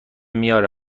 میاره